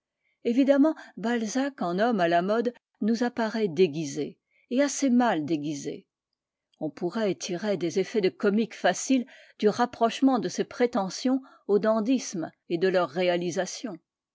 évidemment balzac en homme à la mode nous apparaît déguisé et assez mal déguisé on pourrait tirer des effets de comique facile du rapprochement de ses prétentions au dandysme et de leur réalisation